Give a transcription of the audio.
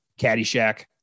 Caddyshack